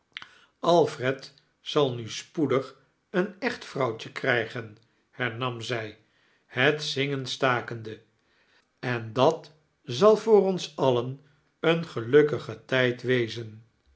alfred zal nu spoedig een echt vrouwtje krijgien hernam zij het zingen stakende en dat zal voor one alien een gelukkige tijd wezetn